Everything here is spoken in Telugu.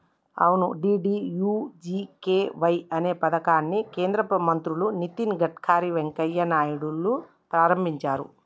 అవును డి.డి.యు.జి.కే.వై అనే పథకాన్ని కేంద్ర మంత్రులు నితిన్ గడ్కర్ వెంకయ్య నాయుడులు ప్రారంభించారు